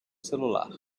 celular